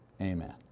Amen